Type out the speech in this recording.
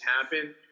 happen